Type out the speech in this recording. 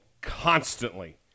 constantly